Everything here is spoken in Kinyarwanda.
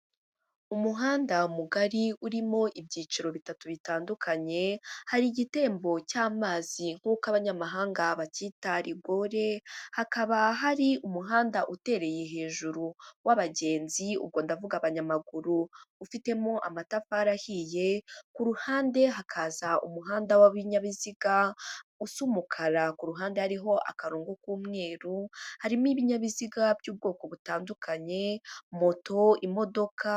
Umuhanda mugari urimo ibyiciro bitatu bitandukanye, hari igitembo cy'amazi nk'uko abanyamahanga bacyita rigore, hakaba hari umuhanda utereye hejuru w'abagenzi ubwo ndavuga abanyamaguru, ufitemo amatafari ahiye, ku ruhande hakaza umuhanda w'ibinyabiziga usa umukara ku ruhande hariho akarongo k'umweru, harimo ibinyabiziga by'ubwoko butandukanye moto, imodoka.